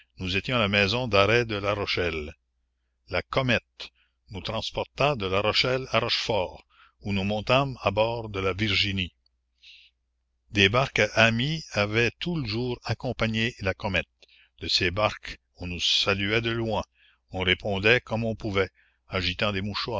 nous étions à la maison d'arrêt de larochelle la comète nous transporta de larochelle à rochefort où nous montâmes à bord de la virginie des barques amies avaient tout le jour accompagné la comète de ces barques on nous saluait de loin on répondait comme on pouvait agitant des mouchoirs